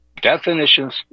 Definitions